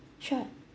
sure